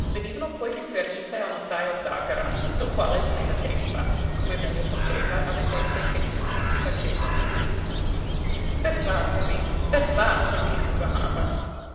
venivano poi riferite al notajo zàgara il quale teneva testa come meglio poteva alle beffe che tutti si facevano di lui beffatemi beffatemi esclamava